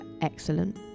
excellent